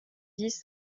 dix